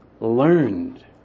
learned